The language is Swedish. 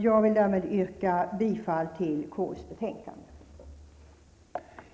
Jag vill därmed yrka bifall till konstitutionsutskottets hemställan.